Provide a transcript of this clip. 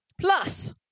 plus